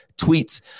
tweets